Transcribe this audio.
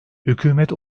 hükümet